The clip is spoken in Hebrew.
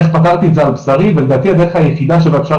איך פתרתי את זה על בשרי ולדעתי הדרך היחידה שבה אפשר